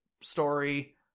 story